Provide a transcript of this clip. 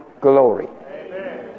glory